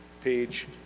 Page